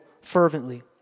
fervently